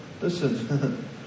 Listen